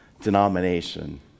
denomination